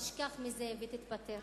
תשכח מזה ותתפטר.